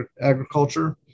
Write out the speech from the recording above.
agriculture